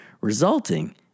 resulting